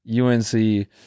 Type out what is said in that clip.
UNC